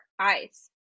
eyes